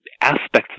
aspects